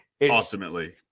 Ultimately